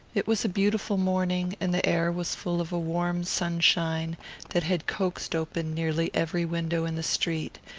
it was a beautiful morning, and the air was full of a warm sunshine that had coaxed open nearly every window in the street,